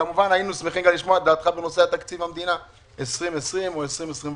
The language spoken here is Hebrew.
כמובן היינו שמחים גם לשמוע את דעתך בנושא תקציב המדינה 2020 או 2021,